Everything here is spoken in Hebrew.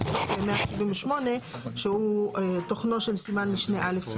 זה סעיף 178 שהוא תוכנו של סימן משנה א',